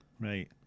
right